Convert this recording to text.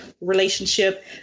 relationship